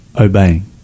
obeying